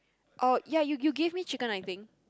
orh ya you you give me chicken I think